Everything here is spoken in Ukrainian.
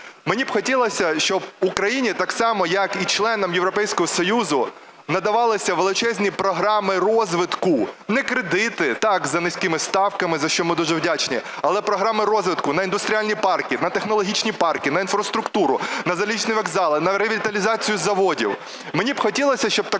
Мені б хотілося, щоб Україні так само, як і членам Європейського Союзу, надавалися величезні програми розвитку, не кредити, так, за низькими ставками, за що ми дуже вдячні, але програми розвитку на індустріальні парки, на технологічні парки, на інфраструктуру, на залізничні вокзали, на ревіталізацію заводів. Мені б хотілося, щоб так само,